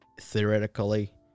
Theoretically